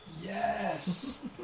Yes